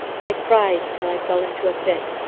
and i cried till i fell into a fit.